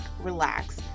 relax